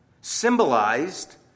symbolized